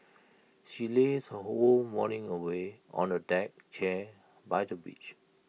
she lazed her whole morning away on A deck chair by the beach